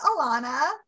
Alana